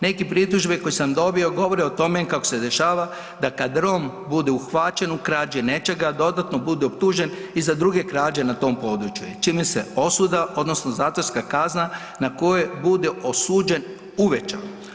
Neke pritužbe koje sam dobio govore o tome kako se dešava da kada Rom bude uhvaćen u krađi nečega dodatno bude optužen i za druge krađe na tom području čime se osuda odnosno zatvorska kazna na koju bude osuđen uveća.